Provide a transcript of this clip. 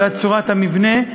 בגלל צורת המבנה,